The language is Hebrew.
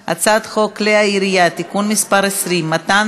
את הצעת חוק כלי הירייה (תיקון מס' 20) (מתן